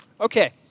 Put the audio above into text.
Okay